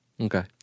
Okay